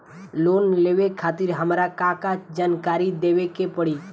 Loan लेवे खातिर हमार का का जानकारी देवे के पड़ी?